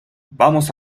vamos